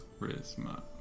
Charisma